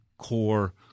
core